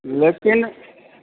लेकिन